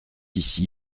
ici